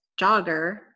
jogger